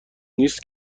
نیست